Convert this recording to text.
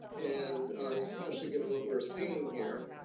and especially given what we're seeing here.